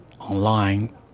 online